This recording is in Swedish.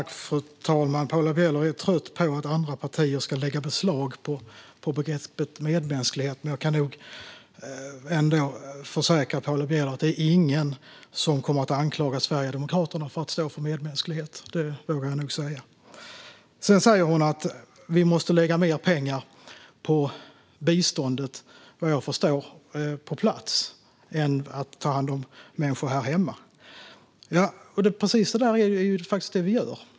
Fru talman! Paula Bieler är trött på att andra partier lägger beslag på begreppet medmänsklighet. Jag kan dock försäkra Paula Bieler om att ingen kommer att anklaga Sverigedemokraterna för att stå för medmänsklighet. Paula Bieler säger att vi ska lägga mer pengar på biståndet på plats än på att ta hand om människor här hemma. Det är ju precis det vi gör.